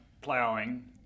plowing